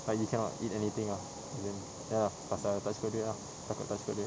but you cannot eat anything ah ya pasal tak cukup duit ah takut tak cukup duit